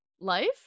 life